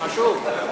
חשוב.